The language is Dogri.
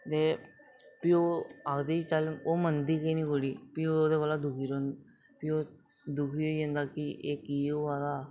ते फ्ही ओह् आखदी चल ओह् मनदी गै नेईं कुड़ी फ्ही ओह् ओह्दे कोला दुखी रौंह्दी प्ही ओह् दुखी होइ जंदा कि एह् की होआ दा